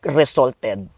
resulted